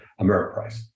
Ameriprise